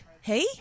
hey